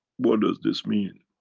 what does this mean?